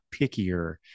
pickier